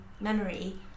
memory